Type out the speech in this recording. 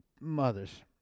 mothers